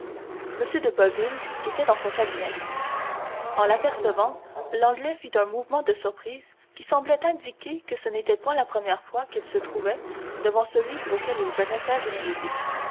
de boville était dans son cabinet en l'apercevant l'anglais fit un mouvement de surprise qui semblait indiquer que ce n'était point la première fois qu'il se trouvait devant celui auquel il venait faire une visite